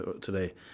today